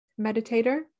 meditator